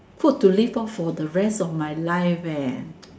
food to live off for the rest of my life eh